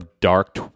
dark